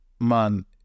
man